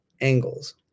angles